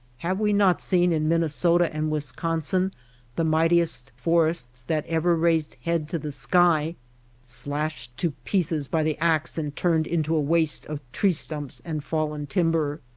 have we not seen in minne sota and wisconsin the mightiest forests that ever raised head to the sky slashed to pieces by the axe and turned into a waste of tree stumps and fallen timber?